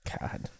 God